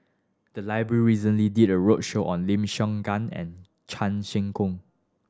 the library recently did a roadshow on Lim Siong Guan and Chan Sek Keong